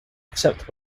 except